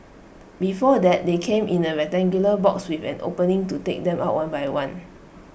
before that they came in A rectangular box with an opening to take them out one by one